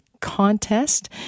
contest